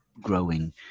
growing